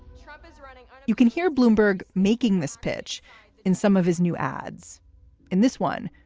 trump is running. you can hear bloomberg making this pitch in some of his new ads in this one.